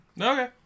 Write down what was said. Okay